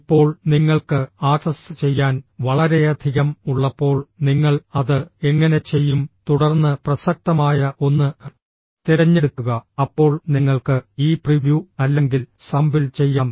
ഇപ്പോൾ നിങ്ങൾക്ക് ആക്സസ് ചെയ്യാൻ വളരെയധികം ഉള്ളപ്പോൾ നിങ്ങൾ അത് എങ്ങനെ ചെയ്യും തുടർന്ന് പ്രസക്തമായ ഒന്ന് തിരഞ്ഞെടുക്കുക അപ്പോൾ നിങ്ങൾക്ക് ഈ പ്രിവ്യൂ അല്ലെങ്കിൽ സാമ്പിൾ ചെയ്യാം